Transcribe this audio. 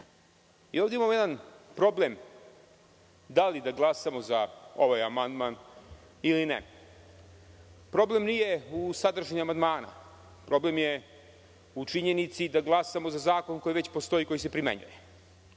imamo jedan problem da li da glasamo za ovaj amandman ili ne? Problem nije u sadržini amandmana. Problem je u činjenici da glasamo za zakon koji već postoji i koji se primenjuje.